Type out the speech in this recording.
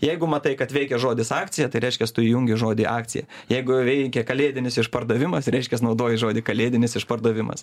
jeigu matai kad veikia žodis akcija tai reiškias tu įjungi žodį akcija jeigu veikia kalėdinis išpardavimas reiškias naudoji žodį kalėdinis išpardavimas